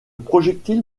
projectile